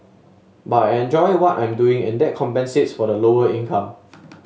but I enjoy what I'm doing and that compensates for the lower income